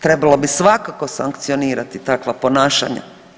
Trebalo bi svakako sankcionirati takva ponašanja.